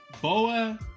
Boa